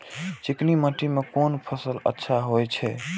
चिकनी माटी में कोन फसल अच्छा होय छे?